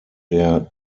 der